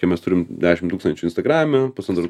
tai mes turim dešim tūkstančių instagrame pusantro